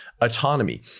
autonomy